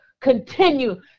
continue